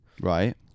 Right